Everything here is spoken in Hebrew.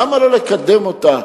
למה לא לקדם אותה?